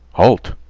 halt!